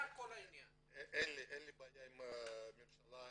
אין לי בעיה עם הממשלה,